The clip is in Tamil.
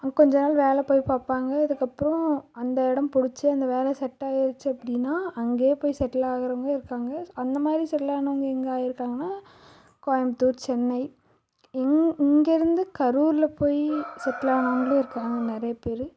கொஞ்சம் நாள் வேலை போய் பார்ப்பாங்க இதுக்கப்புறம் அந்த இடம் பிடிச்சி அந்த வேலை செட் ஆகிடுச்சி அப்படின்னா அங்கே போய் செட்டில் ஆகிறவங்களும் இருக்காங்க அந்த மாதிரி செட்டில் ஆனவங்க எங்கே ஆகியிருக்காங்கன்னா கோயம்புத்தூர் சென்னை இங்கே இங்கேயிருந்து கரூரில் போய் செட்டில் ஆனவங்களும் இருக்காங்க நிறைய பேர்